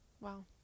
Wow